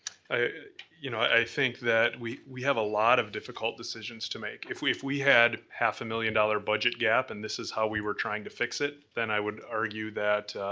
i you know i think that we we have a lot of difficult decisions to make. if we if we had half a million-dollar budget gap and this is how we were trying to fix it, then i would argue that